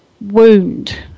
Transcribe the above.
wound